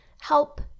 help